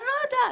אני לא יודעת.